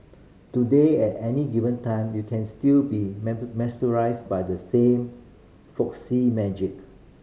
today at any given time you can still be mesmerised by the same folksy magic